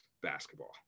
basketball